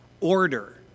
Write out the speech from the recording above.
order